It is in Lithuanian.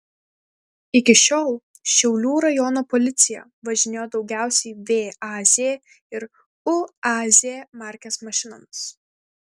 iki šiol šiaulių rajono policija važinėjo daugiausiai vaz ir uaz markės mašinomis